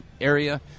area